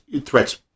threats